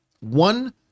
one